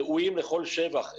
ראויים לכל שבח.